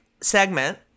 segment